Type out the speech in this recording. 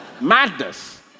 Madness